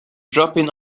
dropping